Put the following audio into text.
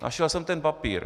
Našel jsem ten papír.